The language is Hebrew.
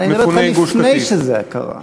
אני מדבר אתך לפני שזה קרה.